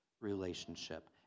relationship